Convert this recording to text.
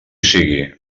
sigui